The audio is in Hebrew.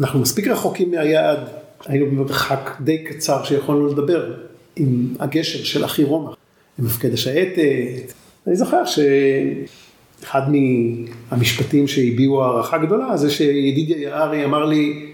אנחנו מספיק רחוקים מהיעד, היינו במרחק די קצר שיכולנו לדבר, עם הגשר של אח"י רומא, עם מפקד השייטת, אני זוכר שאחד מהמשפטים שהביעו הערכה גדולה, זה שידידיה יערי אמר לי,